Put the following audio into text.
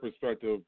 perspective